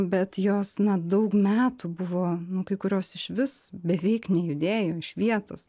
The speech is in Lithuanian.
bet jos na daug metų buvo nu kai kurios išvis beveik nejudėjo iš vietos